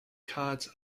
cards